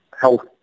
health